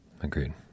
Agreed